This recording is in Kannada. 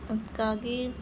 ಅದ್ಕಾಗಿ